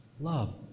Love